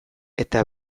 eta